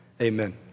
amen